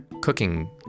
cooking